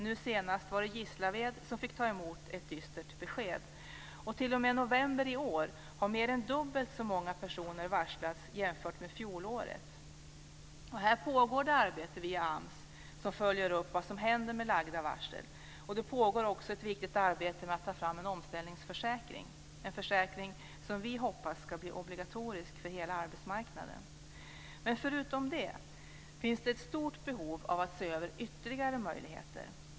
Nu senast var det Gislaved som fick ta emot ett dystert besked. Mer än dubbelt så många personer har varslats t.o.m. november i år än under fjolåret. Här pågår det arbete via AMS, som följer upp vad som händer med framlagda varsel. Det pågår också ett viktigt arbete med att ta fram en omställningsförsäkring - en försäkring som vi hoppas ska bli obligatorisk för hela arbetsmarknaden. Men trots att detta sker finns det ett stort behov av att se över ytterligare möjligheter.